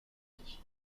unis